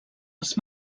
als